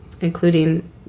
including